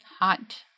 Hot